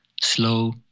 slow